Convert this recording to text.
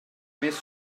més